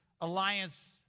alliance